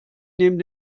neben